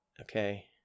Okay